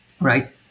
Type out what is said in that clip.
right